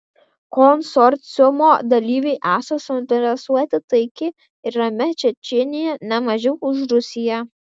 konsorciumo dalyviai esą suinteresuoti taikia ir ramia čečėnija ne mažiau už rusiją